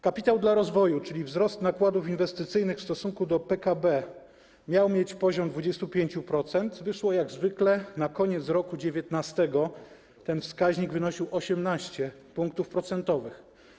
Kapitał dla rozwoju, czyli wzrost nakładów inwestycyjnych w stosunku do PKB, miał mieć poziom 25%, wyszło jak zwykle: na koniec roku 2019 ten wskaźnik wynosił 18 punktów procentowych.